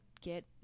get